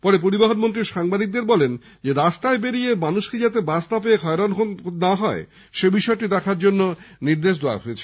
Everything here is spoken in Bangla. পরে পরিবহণমন্ত্রী সাংবাদিকদের বলেন রাস্তায় বেরিয়ে মানুষকে যাতে বাস না পেয়ে হয়রান না হতে হয় সে বিষয়টি দেখার নির্দেশ দেওয়া হয়েছে